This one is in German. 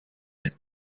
der